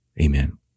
Amen